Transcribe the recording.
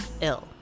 ill